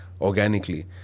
organically